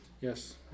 Yes